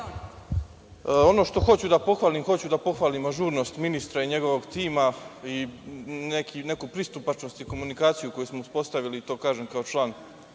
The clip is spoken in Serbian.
što hoću da pohvalim, to je ažurnost ministra i njegovog tima i neku pristupačnost i komunikaciju koju smo uspostavili. To kažem kao član